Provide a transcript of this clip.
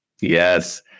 Yes